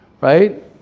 right